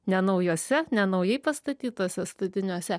ne naujose ne naujai pastatytuose statiniuose